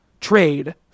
trade